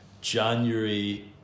january